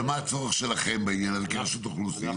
ומה הצורך שלכם בעניין הזה כרשות אוכלוסין?